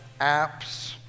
apps